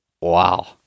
Wow